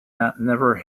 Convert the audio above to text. never